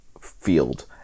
field